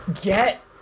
Get